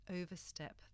overstep